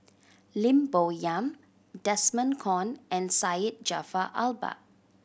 Lim Bo Yam Desmond Kon and Syed Jaafar Albar